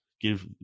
Give